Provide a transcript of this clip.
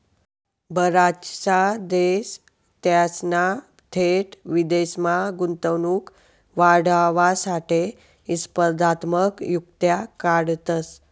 बराचसा देश त्यासना थेट विदेशमा गुंतवणूक वाढावासाठे स्पर्धात्मक युक्त्या काढतंस